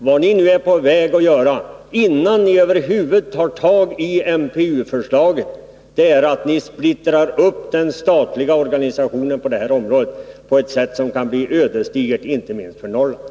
Vad ni nu håller på att göra — utan att ni dessförinnan över huvud taget har övervägt utredningens förslag — är att splittra upp den statliga organisationen på det här området på ett sätt som kan bli ödesdigert inte minst för Norrland.